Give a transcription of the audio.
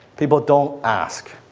people don't ask,